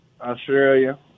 Australia